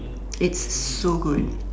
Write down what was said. it's so good